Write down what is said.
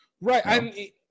right